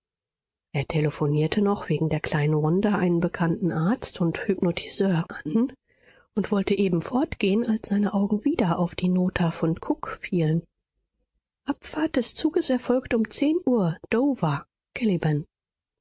er telephonierte noch wegen der kleinen wanda einen bekannten arzt und hypnotiseur an und wollte eben fortgehen als seine augen wieder auf die nota von cook fielen abfahrt des zuges erfolgt um zehn uhr dover